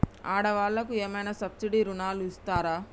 ఆడ వాళ్ళకు ఏమైనా సబ్సిడీ రుణాలు ఇస్తారా?